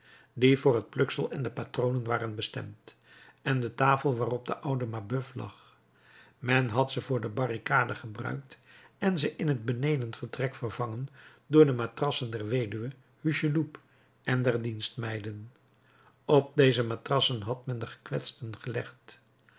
die voor het pluksel en de patronen waren bestemd en de tafel waarop de oude mabeuf lag men had ze voor de barricade gebruikt en ze in het benedenvertrek vervangen door de matrassen der weduwe hucheloup en der dienstmeiden op deze matrassen had men de gekwetsten gelegd